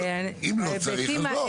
אם לא צריך אז לא, זה בסדר.